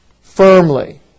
firmly